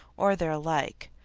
or their like.